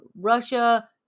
Russia